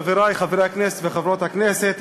חברי חברי הכנסת וחברות הכנסת,